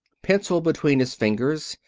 pencil between his fingers,